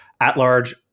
at-large